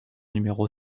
numéro